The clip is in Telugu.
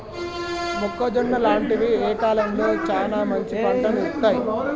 మొక్కజొన్న లాంటివి ఏ కాలంలో సానా మంచి పంటను ఇత్తయ్?